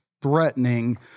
threatening